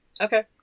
okay